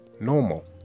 normal